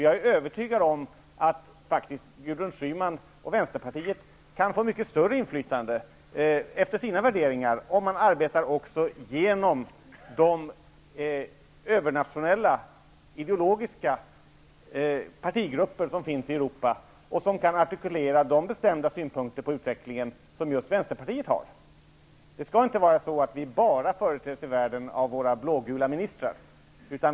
Jag är övertygad om att Gudrun Schyman och vänsterpartiet faktiskt kan få ett mycket större inflytande utifrån sina värderingar genom att också arbeta genom de övernationella ideologiska partigrupper som finns i Europa och som kan artikulera de bestämda synpunkter på utvecklingen som just vänsterpartiet har. Det skall inte vara så, att vi ute i världen företräds bara av våra blågula ministrar.